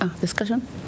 Discussion